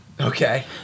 Okay